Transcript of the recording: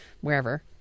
wherever